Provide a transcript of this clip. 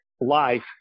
life